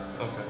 Okay